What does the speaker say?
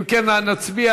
אם כן, נצביע.